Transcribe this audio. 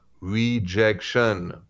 rejection